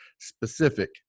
specific